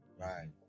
right